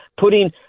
putting